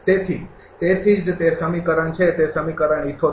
તેથી તેથી જ તે સમીકરણ છે તે સમીકરણ ૭૮ છે